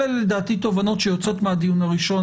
אלה לדעתי תובנות שיוצאות מהדיון הראשון.